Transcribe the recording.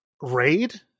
raid